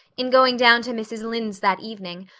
in going down to mrs. lynde's that evening,